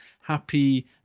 happy